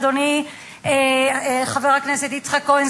אדוני חבר הכנסת יצחק כהן,